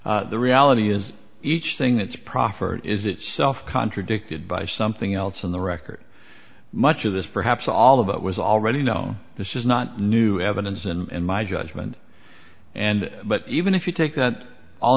true the reality is each thing that's proffered is itself contradicted by something else on the record much of this perhaps all of it was already know this is not new evidence and my judgment and but even if you take that all